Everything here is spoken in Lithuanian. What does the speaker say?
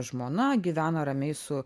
žmona gyvena ramiai su